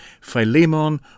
Philemon